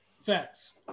Facts